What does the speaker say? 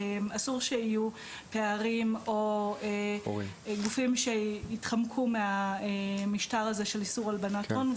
אסור שיהיו פערים או גופים שיתחמקו מהמשטר הזה של איסור הלבנת הון.